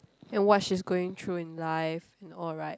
and what she's going through in life in all right